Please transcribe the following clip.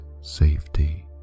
safety